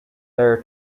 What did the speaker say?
their